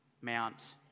Mount